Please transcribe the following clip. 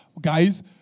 Guys